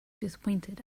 disappointed